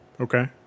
Okay